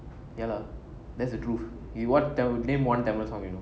ya lah that's the truth you want name one tamil song you know